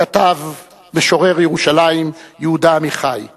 כתב משורר ירושלים, יהודה עמיחי,